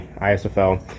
ISFL